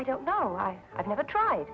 i don't know i i've never tried